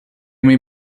may